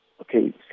okay